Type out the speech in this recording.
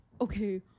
okay